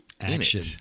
action